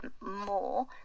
more